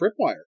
Tripwire